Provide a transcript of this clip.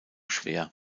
schwer